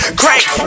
crank